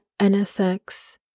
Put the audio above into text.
NSX